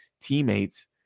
teammates